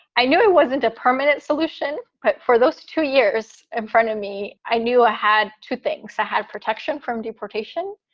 i knew it wasn't a permanent solution but for those two years in front of me. i knew i ah had two things. i had protection from deportation,